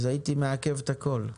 הייתי מעכב את הכל.